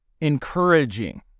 encouraging